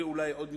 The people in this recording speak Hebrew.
ואולי עוד מפלגות.